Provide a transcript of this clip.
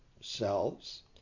selves